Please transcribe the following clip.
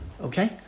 Okay